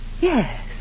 Yes